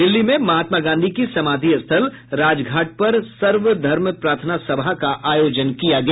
दिल्ली में महात्मा गांधी की समाधि राजघाट पर सर्वधर्म प्रार्थना सभा का आयोजन किया गया